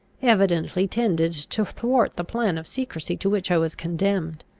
evidently tended to thwart the plan of secrecy to which i was condemned.